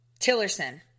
Tillerson